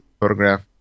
photograph